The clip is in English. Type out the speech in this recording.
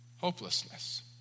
hopelessness